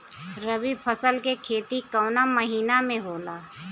रवि फसल के खेती कवना महीना में होला?